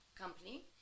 company